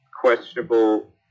questionable